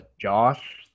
Josh